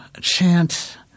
chant